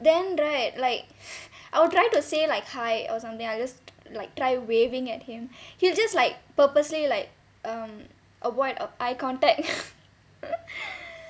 then right like I will try to say like hi or something I'll just t~ like try waving at him he's just like purposely like um avoid eye contact